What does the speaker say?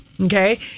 Okay